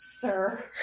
Sir